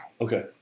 Okay